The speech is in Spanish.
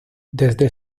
desde